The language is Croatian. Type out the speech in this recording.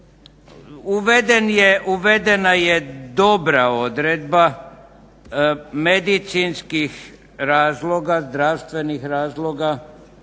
Uvedena je dobra odredba medicinskih razloga, zdravstvenih razloga